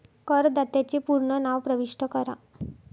करदात्याचे पूर्ण नाव प्रविष्ट करा